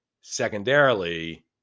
Secondarily